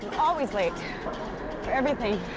so always late, for everything.